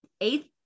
eighth